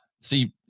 see